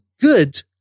good